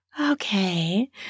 Okay